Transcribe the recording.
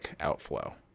outflow